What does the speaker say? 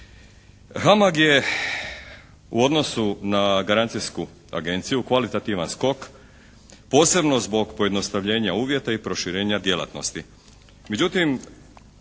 HAMAG je u odnosu na garancijsku agenciju kvalitativan skok posebno zbog pojednostavljenja uvjeta i proširenja djelatnosti.